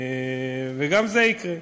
וגם זה יקרה.